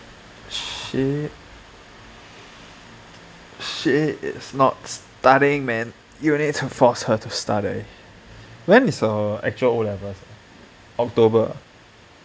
she she is not studying man you need to force her to study when is her actual O level october ah